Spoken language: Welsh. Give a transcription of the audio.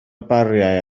bariau